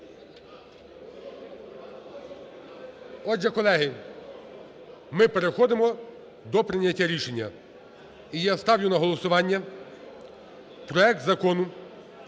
Отже, колеги, ми переходимо до прийняття рішення. І я ставлю на голосування проект Закону